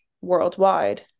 worldwide